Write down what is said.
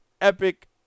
epic